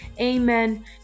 Amen